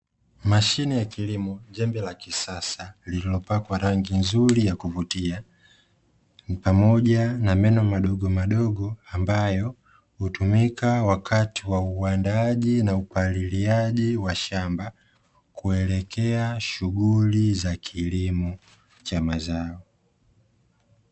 Mashine ya kilimo jembe la kisasa lililopakwa rangi nzuri ya kuvutia, ni pamoja na meno madogomadogo ambayo hutumika wakati wa uandaaji na upaliliaji wa shamba kuelekea shughuli za kilimo cha mazao.